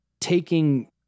taking